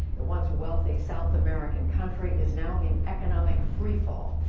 the once-wealthy south american country is now in economic freefall.